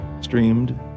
streamed